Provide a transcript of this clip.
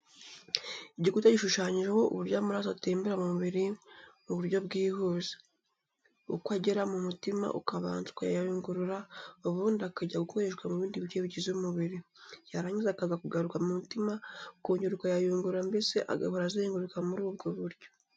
Igikuta gishushanyijeho uburyo amaraso atembera mu mubiri mu buryo bwihuze, uko agera mu mutima ukabanza ukayayungurura ubundi akajya gukoreshwa mu bindi bice bigize umubiri, yarangiza akaza kugaruka mu mutima ukongera ukayayungurura mbese agahora azenguruka muri ubwo buryo.